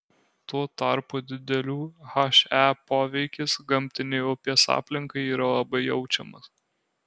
tuo tarpu didelių he poveikis gamtinei upės aplinkai yra labai jaučiamas